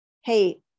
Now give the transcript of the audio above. Hey